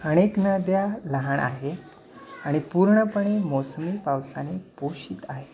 अनेक नद्या लहान आहे आणि पूर्णपणे मोसमी पावसाने पोषित आहे